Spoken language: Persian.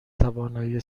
توانایی